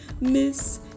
Miss